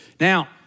Now